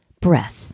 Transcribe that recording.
breath